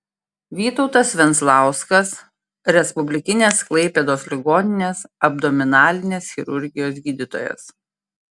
vytautas venclauskas respublikinės klaipėdos ligoninės abdominalinės chirurgijos gydytojas